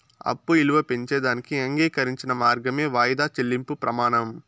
అప్పు ఇలువ పెంచేదానికి అంగీకరించిన మార్గమే వాయిదా చెల్లింపు ప్రమానం